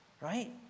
Right